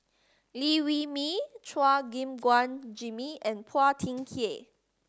Liew Wee Mee Chua Gim Guan Jimmy and Phua Thin Kiay